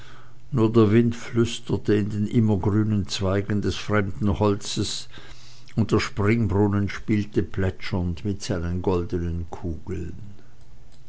nur der wind flüsterte in den immergrünen zweigen des fremden holzes und der springerinnen spielte plätschernd mit seinen goldenen kugeln